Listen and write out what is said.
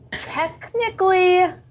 Technically